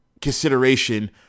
consideration